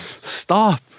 Stop